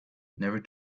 never